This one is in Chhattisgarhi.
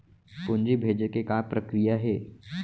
पूंजी भेजे के का प्रक्रिया हे?